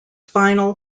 final